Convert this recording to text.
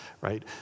right